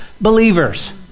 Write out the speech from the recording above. believers